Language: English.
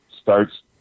starts